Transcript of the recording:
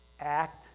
act